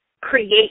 create